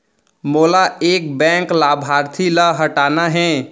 मोला एक बैंक लाभार्थी ल हटाना हे?